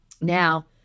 Now